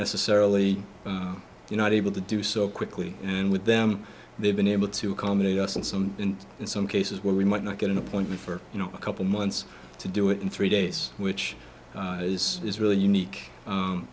necessarily you're not able to do so quickly and with them they've been able to accommodate us in some and in some cases where we might not get an appointment for you know a couple months to do it in three days which is really unique